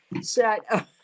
set